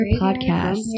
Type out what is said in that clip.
Podcast